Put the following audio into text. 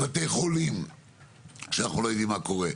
בתי חולים שאנחנו לא יודעים מה קורה,